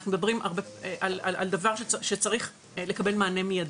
אנחנו מדברים על דבר שצריך לקבל מענה מיידי.